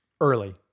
early